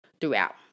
throughout